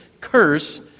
curse